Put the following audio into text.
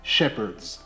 shepherds